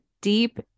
deep